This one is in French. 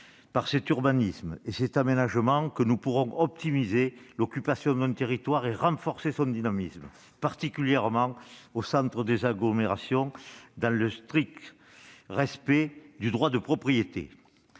par cet urbanisme et par cet aménagement que nous pourrons optimiser l'occupation d'un territoire et renforcer son dynamisme, particulièrement au centre des agglomérations, dans le strict respect du droit de propriété.